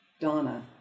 Donna